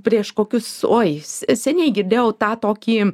prieš kokius oi seniai girdėjau tą tokį